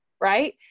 Right